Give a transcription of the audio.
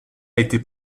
été